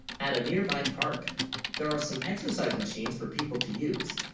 at a nearby, park there are some exercise machines for people to use